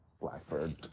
Blackbird